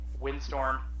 Windstorm